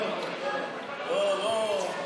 זה נכון.